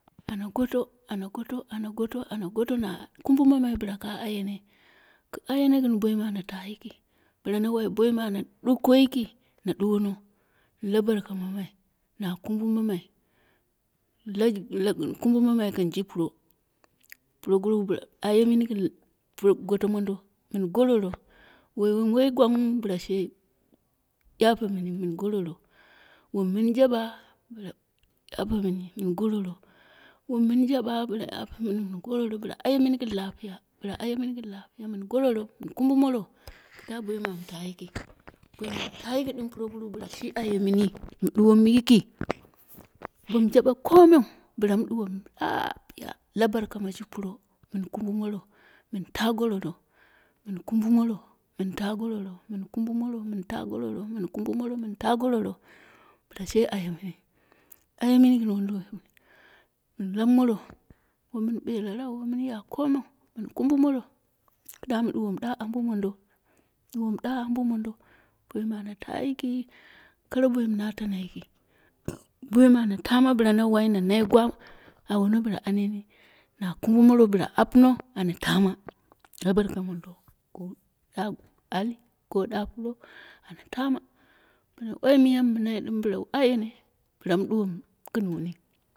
Ana goto ana goto ana goto ana goto na kumbumamai bɨla ka ayene bɨla na wai boimɨ ana ɗuko yiki na ɗwo la barka mamai na kumbumamai lala na kumbumai gɨn ji puro puro guruwu bɨla ayemini gɨn goto mondo mɨn gororo mɨn woi mɨ woi gwanwu bɨla yapemɨni mɨn gororo, won mɨn jaba bɨla apɨmu mɨn gororo wom mɨn, jaɓa bɨ la ayemɨni gɨn lapiya bɨla ayemɨni gɨn lapiya bɨla a yemɨni mɨ gororo mɨn kumbummoro kada noimɨ am ta yiki. boimɨ am tayiki ɗɨm. puroguruwu bɨla shi ayemɨni mɨ ɗuwomu yiki bom jaɓe komeu bɨlamu. ɗuwo mu lafya la barka mɨ ji puro mɨn kumbumoro mɨn ta gororo mɨn kumbumoro mɨn ta gororo mɨn kumburomoro mɨn ta gororo mɨn kumbumoro mɨn ta gororo bɨka she ayemɨni ayemɨni gɨn wunduwoi, mɨn ya komeu mɨn kumbumoro da mɨ ɗuwomu ɗa ambo mondo, mɨ ɗuwomu ɗa ambo mondo, boumɨ ana ta yiki kare boi mɨ na tana yiki kare boimɨ ana tama na nai gwa awono bɨla aneni na kumbumoro bɨla apuno ana tama, la barka mondo ko ɗa ali ko ɗa puro ana tama bono wai miya mɨ mɨnai ɗɨm bɨla wu ayene am ɗu ko gɨn wuni.